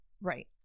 right